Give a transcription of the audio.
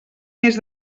més